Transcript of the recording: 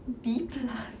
D plus